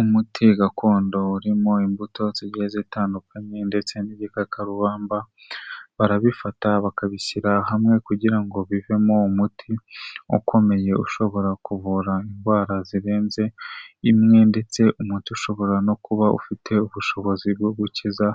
Umuti gakondo urimo imbuto zigiye zitandukanye ndetse n'ibikakarubamba barabifata bakabishyira hamwe kugira ngo bivemo umuti ukomeye ushobora kuvura indwara zirenze imwe ndetse umuti ushobora no kuba ufite ubushobozi bwo gukiza